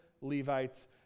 Levites